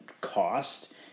cost